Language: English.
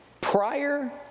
Prior